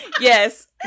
Yes